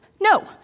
No